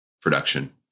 production